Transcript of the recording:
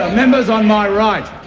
ah member on my right.